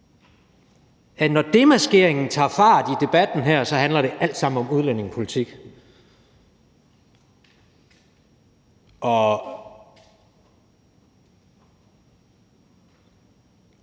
at når demaskeringen tager fart i debatten her, handler det alt sammen om udlændingepolitik. Nu